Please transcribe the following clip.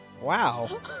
Wow